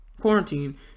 quarantine